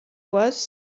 was